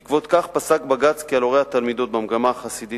בעקבות כך פסק בג"ץ כי על הורי התלמידות במגמה החסידית